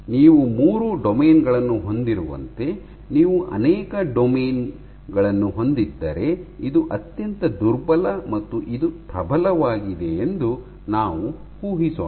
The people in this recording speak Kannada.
ನೀವು ಮೂರು ಡೊಮೇನ್ ಗಳನ್ನು ಹೊಂದಿರುವಂತೆ ನೀವು ಅನೇಕ ಡೊಮೇನ್ ಗಳನ್ನು ಹೊಂದಿದ್ದರೆ ಇದು ಅತ್ಯಂತ ದುರ್ಬಲ ಮತ್ತು ಇದು ಪ್ರಬಲವಾಗಿದೆ ಎಂದು ನಾವು ಊಹಿಸೋಣ